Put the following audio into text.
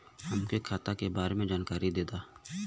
हमके खाता के बारे में जानकारी देदा?